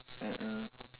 mm mm